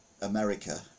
America